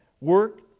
work